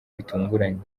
bitunguranye